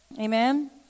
Amen